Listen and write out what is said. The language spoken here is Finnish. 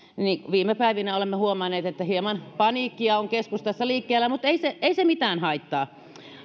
viime päivinä olemme huomanneet että hieman paniikkia on keskustassa liikkeellä mutta ei se ei se mitään haittaa